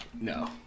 No